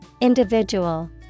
individual